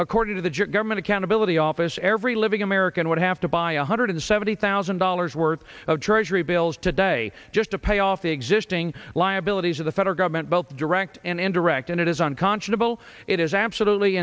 according to the jet government accountability office every living american would have to buy a hundred and seventy thousand dollars worth of treasury bills today just to pay off the existing liabilities of the federal government both direct and indirect and it is unconscionable it is absolutely